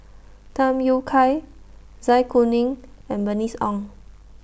Tham Yui Kai Zai Kuning and Bernice Ong